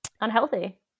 Unhealthy